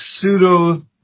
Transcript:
pseudo